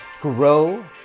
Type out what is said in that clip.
grow